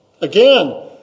Again